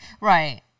right